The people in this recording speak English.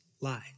lies